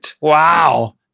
Wow